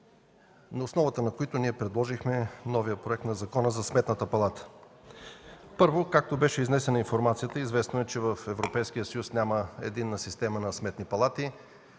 на базата на които ние предложихме новия проект на Закон за Сметната палата. Първо, известна е изнесената информация, че в Европейския съюз няма единна система на сметни палати.